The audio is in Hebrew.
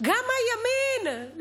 גם הימין.